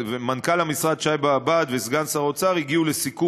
ומנכ"ל המשרד שי באב"ד וסגן שר האוצר הגיעו לסיכום